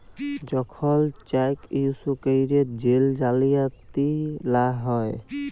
যখল cheque issue ক্যইরে jail জালিয়াতি লা হ্যয়